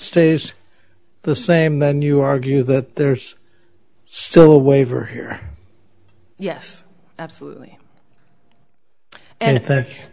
stays the same then you argue that there's still a waiver here yes absolutely and i think